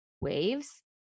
waves